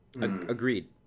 Agreed